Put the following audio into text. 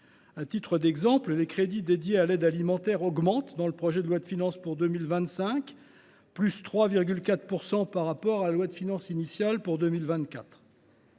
À titre d’exemple, les crédits pour l’aide alimentaire augmentent dans le projet de loi de finances pour 2025 de 3,4 % par rapport à la loi de finances initiale pour 2024.